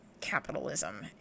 capitalism